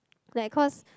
like cause